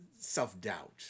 self-doubt